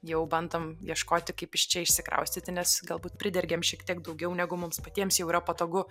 jau bandom ieškoti kaip iš čia išsikraustyti nes galbūt pridergėm šiek tiek daugiau negu mums patiems jau yra patogu